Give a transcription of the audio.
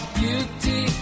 beauty